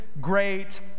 great